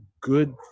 good